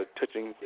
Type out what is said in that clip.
touching